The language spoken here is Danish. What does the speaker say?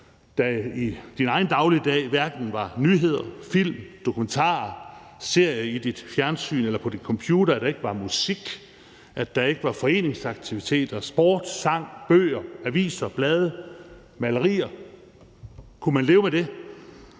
der i din egen dagligdag hverken var nyheder, film, dokumentarer eller serier i dit fjernsyn eller på din computer, at der ikke var musik, eller at der ikke var foreningsaktiviteter, sport, sang, bøger, aviser, blade eller malerier. Kunne man leve med det?